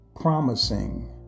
promising